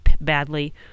badly